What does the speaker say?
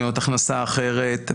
הכנסה אחרת,